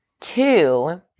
Two